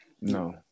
No